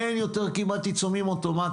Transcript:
כמעט שאין יותר עיצומים אוטומטיים,